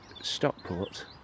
Stockport